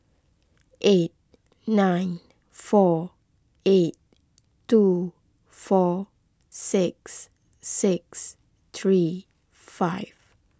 eight nine four eight two four six six three five